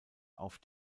auf